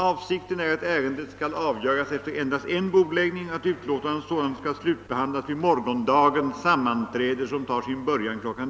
Avsikten är att ärendet skall avgöras efter endast en bordläggning och att utlåtandet sålunda skall slutbehandlas vid morgondagens sammanträde som tar sin början kl.